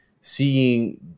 seeing